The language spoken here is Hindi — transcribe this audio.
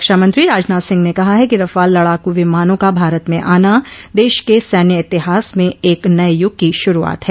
रक्षा मंत्री राजनाथ सिंह ने कहा है कि रफाल लडाकू विमानों का भारत में आना देश के सैन्य इतिहास में एक नये युग की शुरुआत है